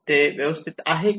ते व्यवस्थित आहे का